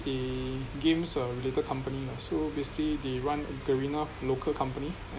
they games uh related company lah so basically they run Garena local company